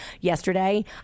yesterday